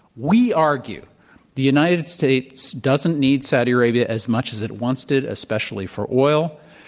we argue the united states doesn't need saudi arabia as much as it once did, especially for oil.